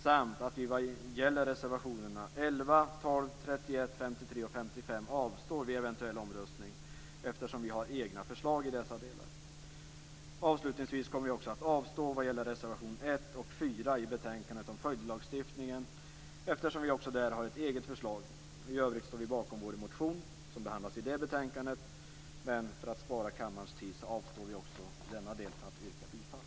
Vad gäller reservationerna 11, 12, 31, 53 och 55 avstår vi vid eventuell omröstning eftersom vi har egna förslag i dessa delar. Avslutningsvis kommer vi också att avstå vad gäller reservation 1 och 4 i betänkandet om följdlagstiftningen eftersom vi också där har ett eget förslag. I övrigt står vi bakom vår motion som behandlas i det betänkandet, men för att spara kammarens tid avstår vi också i denna del från att yrka bifall.